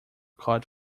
cod